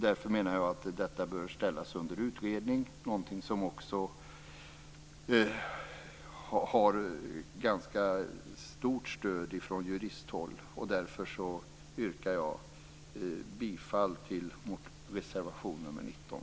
Jag menar därför att detta bör ställas under utredning, något som också har ganska stort stöd från juristhåll. Jag yrkar därför slutligen, fru talman, bifall till reservation nr 19.